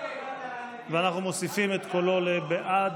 אנחנו מוסיפים את קולו בעד.